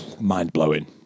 mind-blowing